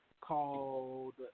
called